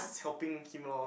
helping him loh